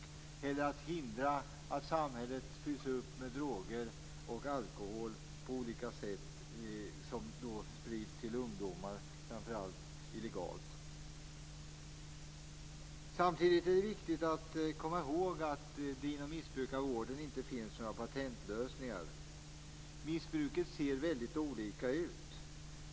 Det handlar också om att hindra att samhället fylls upp med droger och alkohol som sprids till ungdomar, framför allt illegalt. Samtidigt är det viktigt att komma ihåg att det inte finns några patentlösningar inom missbrukarvården. Missbruket ser väldigt olika ut.